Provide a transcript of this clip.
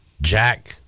Jack